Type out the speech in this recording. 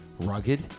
Rugged